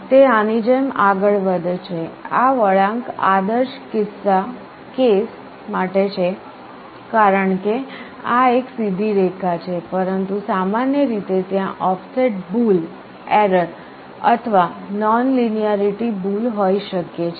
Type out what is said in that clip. તે આની જેમ આગળ વધે છે આ વળાંક આદર્શ કિસ્સા કેસ માટે છે કારણ કે આ એક સીધી રેખા છે પરંતુ સામાન્ય રીતે ત્યાં ઑફસેટ ભૂલ એરર અથવા નોનલિનિયારીટી ભૂલ હોઈ શકે છે